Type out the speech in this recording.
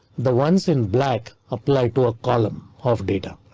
the ones in black apply to a column of data.